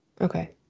okay